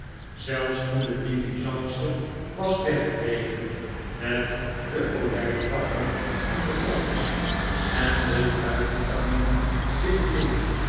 zelfs toen de diligence was weggereden met de olijftakken in de koffers en de duivenfamilie binnenin